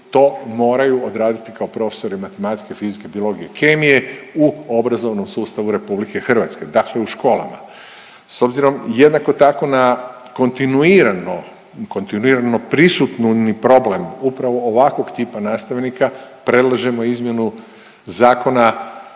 to moraju odraditi kao profesori matematike, fizike, biologije, kemije u obrazovnom sustavu RH. Dakle u školama. S obzirom, jednako tako na kontinuirano, kontinuirano prisutnu problem upravo ovakvog tipa nastavnika, predlažemo izmjenu zakona